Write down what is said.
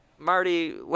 Marty